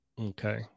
Okay